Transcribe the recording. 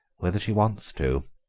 whether she wants to.